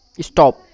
Stop